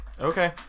Okay